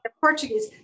Portuguese